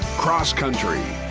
cross country,